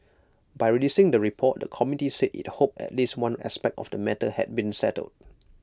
by releasing the report the committee said IT hoped at least one aspect of the matter had been settled